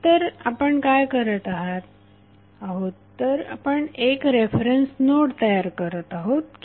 तर आपण काय करत आहोत आपण एक रेफरन्स नोड तयार करत आहोत की